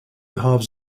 halves